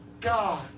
God